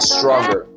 Stronger